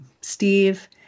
Steve